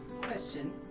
Question